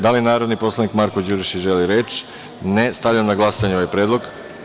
Da li narodni poslanik Marko Đurišić želi reč? (Ne.) Stavljam na glasanje ovaj predlog.